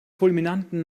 fulminanten